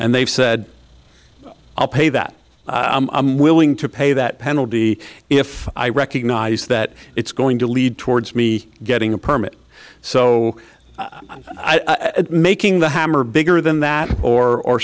and they've said i'll pay that i'm willing to pay that penalty if i recognize that it's going to lead towards me getting a permit so i get making the hammer bigger than that or